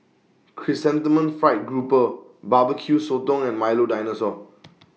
Chrysanthemum Fried Grouper Barbecue Sotong and Milo Dinosaur